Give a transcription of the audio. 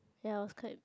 ya I was quite